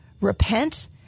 repent